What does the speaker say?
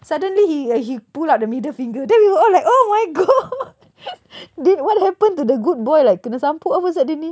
suddenly he uh he pull out the middle finger then we were like oh my god did what happen to the good boy like kena sampuk apa sia dia ni